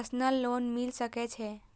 Personal loan मिल सके छे?